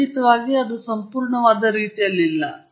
ಖಂಡಿತ ಇದು ಸಂಪೂರ್ಣವಾದ ರೀತಿಯಲ್ಲಿಲ್ಲ